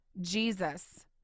Jesus